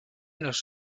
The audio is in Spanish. los